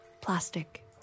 plastic